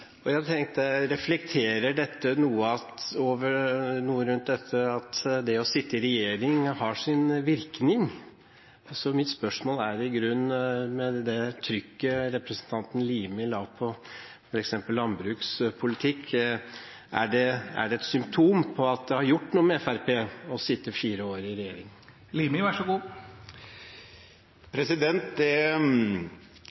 regjeringskontorene. Jeg tenkte: Reflekterer dette noe om at det å sitte i regjering har sin virkning? Så mitt spørsmål er i grunnen: Det trykket representanten Limi la på f.eks. landbrukspolitikk, er det et symptom på at det har gjort noe med Fremskrittspartiet å sitte fire år i regjering?